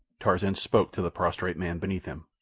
tarzan spoke to the prostrate man beneath him.